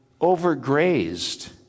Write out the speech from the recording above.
overgrazed